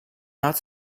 not